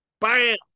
Bam